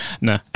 No